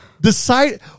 Decide